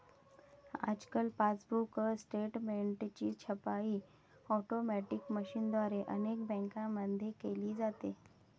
आजकाल पासबुक स्टेटमेंटची छपाई ऑटोमॅटिक मशीनद्वारे अनेक बँकांमध्ये केली जाते